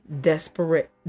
desperate